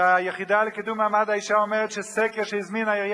והיחידה לקידום מעמד האשה אומרת שסקר שהזמינה עיריית